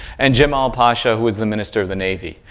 and jemal pasha who is the minister of the navy.